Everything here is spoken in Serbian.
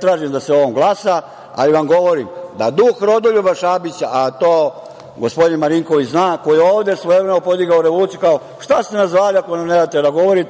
tražim da se o ovome glasa, ali vam govorim da duh Rodoljuba Šabića, a to gospodin Marinković zna, koji je ovde svojevremeno podigao revoluciju, kao – šta ste nas zvali ako nam ne date da govorimo,